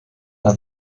are